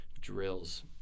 drills